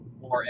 more